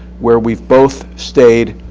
where we both stayed